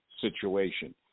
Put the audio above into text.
situation